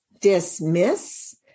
dismiss